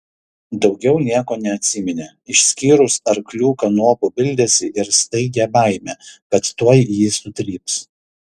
daugiau nieko neatsiminė išskyrus arklių kanopų bildesį ir staigią baimę kad tuoj jį sutryps